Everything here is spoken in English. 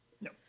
No